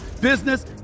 business